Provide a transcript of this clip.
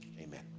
Amen